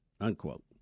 Unquote